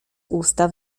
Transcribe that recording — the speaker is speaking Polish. usta